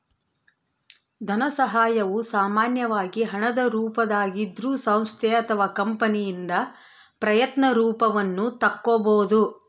ಧನಸಹಾಯವು ಸಾಮಾನ್ಯವಾಗಿ ಹಣದ ರೂಪದಾಗಿದ್ರೂ ಸಂಸ್ಥೆ ಅಥವಾ ಕಂಪನಿಯಿಂದ ಪ್ರಯತ್ನ ರೂಪವನ್ನು ತಕ್ಕೊಬೋದು